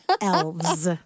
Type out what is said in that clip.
elves